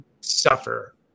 suffer